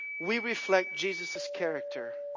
we reflect jesus's character,